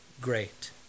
great